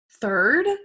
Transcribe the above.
third